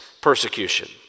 persecution